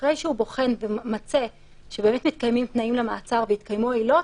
אחרי שהוא בוחן וממצה שמתקיימים תנאים למעצר והתקיימו עילות,